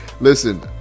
Listen